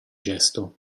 gesto